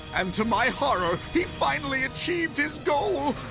um to my horror, he finally achieved his goal.